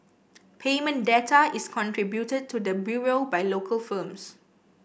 payment data is contributed to the Bureau by local firms